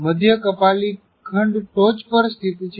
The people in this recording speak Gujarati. મધ્ય કપાલી ખંડ ટોચ પર સ્થિત છે